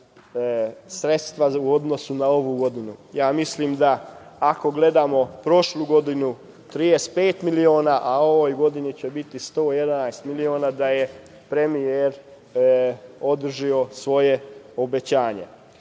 sredstva u odnosu na ovu godinu. Mislim da, ako gledamo prošlu godinu 35 miliona, a u ovoj godini će biti 111 miliona, da je premijer održao svoje obećanje.